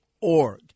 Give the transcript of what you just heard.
org